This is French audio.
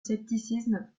scepticisme